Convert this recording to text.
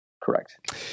correct